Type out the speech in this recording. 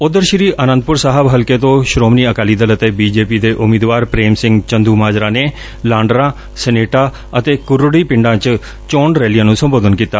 ਉਧਰ ਸ੍ਰੀ ਆਨੰਦਪੁਰ ਸਾਹਿਬ ਹਲਕੇ ਤੋਂ ਸ੍ਰੋਮਣੀ ਅਕਾਲੀ ਦਲ ਅਤੇ ਬੀਜੇਪੀ ਦੇ ਉਮੀਦਵਾਰ ਪ੍ਰੇਮ ਸਿੰਘ ਚੰਦੁਮਾਜਰਾ ਨੇ ਲਾਂਡਰਾਂ ਸਨੇਟਾ ਅਤੇ ਕੁਰੜੀ ਪਿੰਡਾਂ ਚ ਚੋਣ ਰੈਲੀਆਂ ਨੂੰ ਸੰਬੋਧਨ ਕੀਤਾ